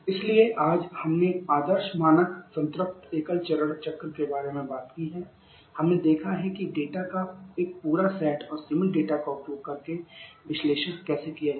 इसलिए आज हमने आदर्श मानक संतृप्त एकल चरण चक्र के बारे में बात की है हमने देखा है कि डेटा का एक पूरा सेट और सीमित डेटा का उपयोग करके विश्लेषण कैसे किया जाए